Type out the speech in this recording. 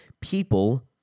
People